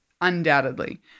undoubtedly